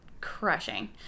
crushing